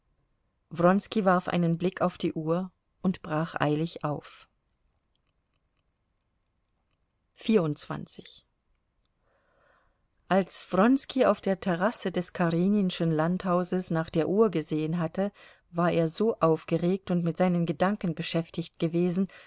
warf einen blick auf die uhr und brach eilig auf als wronski auf der terrasse des kareninschen landhauses nach der uhr gesehen hatte war er so aufgeregt und mit seinen gedanken beschäftigt gewesen